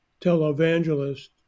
televangelist